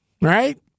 right